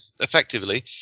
effectively